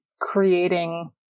creating